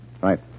Right